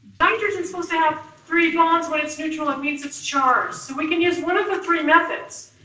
nitrogen's supposed to have three bonds when it's neutral, that means it's charged, so we can use one of the three methods.